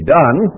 done